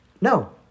No